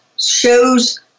shows